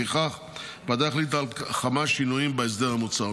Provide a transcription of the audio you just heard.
לפיכך הוועדה החליטה על כמה שינויים בהסדר המוצע,